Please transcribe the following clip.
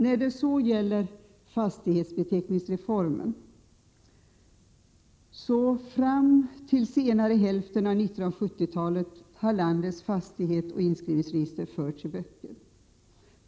När det gäller fastighetsbeteckningsreformen vill jag anföra följande. Fram till senare hälften av 1970-talet har landets fastighetsoch inskrivningsregister förts i böcker.